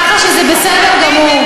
ככה שזה בסדר גמור.